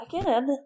again